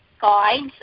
guides